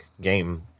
game